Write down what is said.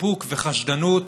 פקפוק וחשדנות